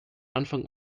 anfang